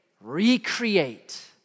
recreate